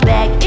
Back